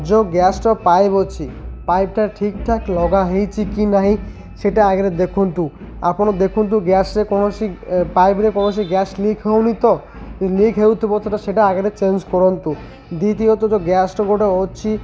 ଯୋଉ ଗ୍ୟାସ୍ର ପାଇପ୍ ଅଛି ପାଇପ୍ଟା ଠିକ୍ ଠାକ୍ ଲଗାହେଇଛି କି ନାହିଁ ସେଟା ଆଗରେ ଦେଖନ୍ତୁ ଆପଣ ଦେଖନ୍ତୁ ଗ୍ୟାସ୍ରେ କୌଣସି ପାଇପ୍ରେ କୌଣସି ଗ୍ୟାସ୍ ଲିକ୍ ହେଉନି ତ ଲିକ୍ ହେଉଥିବ ତଟା ସେଟା ଆଗରେ ଚେଞ୍ଜ କରନ୍ତୁ ଦ୍ୱିତୀୟତଃ ଯେଉଁ ଗ୍ୟାସ୍ଟା ଗୋଟେ ଅଛି